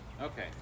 Okay